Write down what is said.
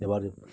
এবার